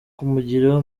kumugira